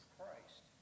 Christ